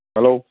hello